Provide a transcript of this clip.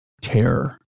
terror